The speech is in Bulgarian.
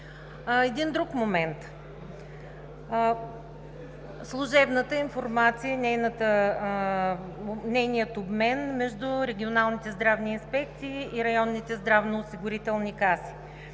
Един друг момент – служебната информация и нейният обмен между регионалните здравни инспекции и районните здравноосигурителни каси.